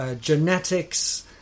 genetics